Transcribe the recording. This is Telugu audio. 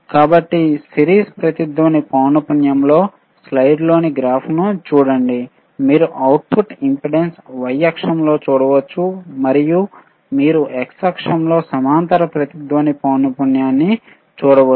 కాబట్టి సిరీస్ రెజోనెOట్ పౌనఃపుణ్యము లో స్లైడ్లోని గ్రాఫ్ను చూడండి మీరు అవుట్పుట్ ఇంపెడెన్స్ y అక్షంలో చూడవచ్చు మరియు మీరు x అక్షంలో సమాంతర రెజోనెOట్ పౌనఃపుణ్యము ని చూడవచ్చు